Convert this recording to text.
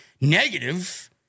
negative